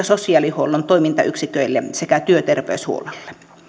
sosiaalihuollon toimintayksiköille sekä työterveyshuollolle